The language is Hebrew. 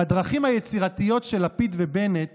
עם הדרכים היצירתיות של לפיד ובנט